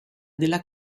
della